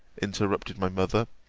interrupted my mother,